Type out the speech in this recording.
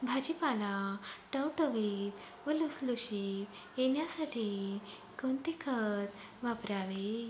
भाजीपाला टवटवीत व लुसलुशीत येण्यासाठी कोणते खत वापरावे?